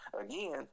again